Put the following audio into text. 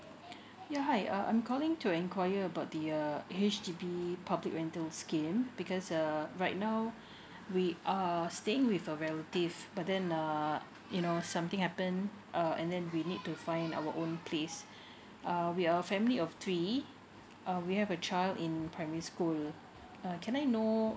ya hi uh I'm calling to enquire about the uh H_D_B public rental scheme because uh right now we are staying with a relative but then uh you know something happened uh and then we need to find our own place uh we are a family of three uh we have a child in primary school uh can I know